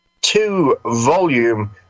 two-volume